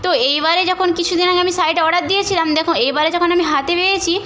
তো এইবারে যখন কিছু দিন আগে আমি শাড়িটা অর্ডার দিয়েছিলাম দেখো এবারে যখন আমি হাতে পেয়েছি